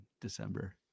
December